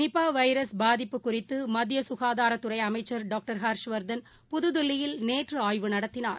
நிபாவைரஸ் பாதிப்பு குறித்துமத்தியககாதாரத்துறைஅமைச்சர் டாக்டர் ஹர்ஷவர்தன் புதுதில்லியில் நேற்றுஆய்வு நடத்தினார்